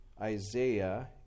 Isaiah